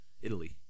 Italy